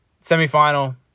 Semi-final